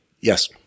Yes